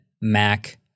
Mac